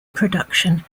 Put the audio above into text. production